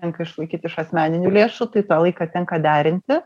tenka išlaikyt iš asmeninių lėšų tai tą laiką tenka derinti